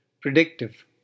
predictive